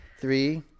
three